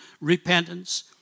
Repentance